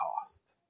cost